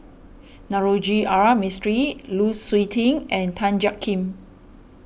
Navroji R Mistri Lu Suitin and Tan Jiak Kim